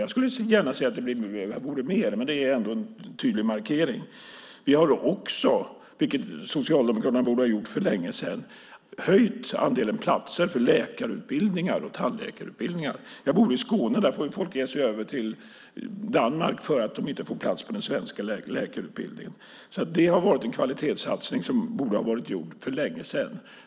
Jag skulle gärna se att det blev mer, men det är ändå en tydlig markering. Vi har också, vilket Socialdemokraterna borde ha gjort för länge sedan, höjt andelen platser för läkarutbildningar och tandläkarutbildningar. Jag bor i Skåne. Där far folk över till Danmark för att de inte får plats på den svenska läkarutbildningen. Det har alltså varit en kvalitetssatsning som borde ha varit gjord för länge sedan.